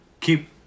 Keep